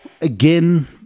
again